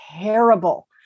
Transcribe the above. terrible